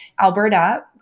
Alberta